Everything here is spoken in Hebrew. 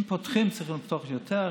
אם פותחים, צריך לפתוח יותר.